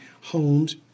homes